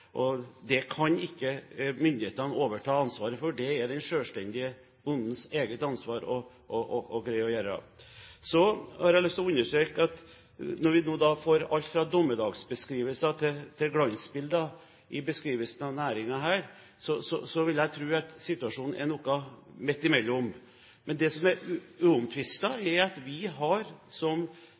bedre. Det kan ikke myndighetene overta ansvaret for. Det er det den selvstendige bondens eget ansvar å greie. Jeg har lyst til å understreke at når vi nå får alt fra dommedagsbeskrivelser til glansbildebeskrivelser av denne næringen, vil jeg tro at situasjonen er noe midt imellom. Men det som er uomtvistelig, er at vi, som representanten Slagsvold Vedum sa, har